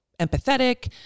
empathetic